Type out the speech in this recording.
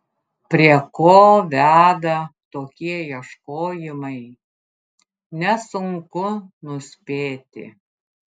prie ko veda tokie ieškojimai nesunku nuspėti